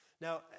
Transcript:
Now